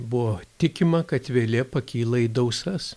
buvo tikima kad vėlė pakyla į dausas